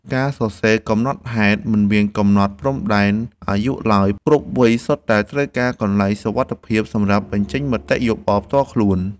ការសរសេរកំណត់ហេតុមិនមានកំណត់ព្រំដែនអាយុឡើយ ព្រោះគ្រប់វ័យសុទ្ធតែត្រូវការកន្លែងសុវត្ថិភាពសម្រាប់បញ្ចេញមតិយោបល់ផ្ទាល់ខ្លួន។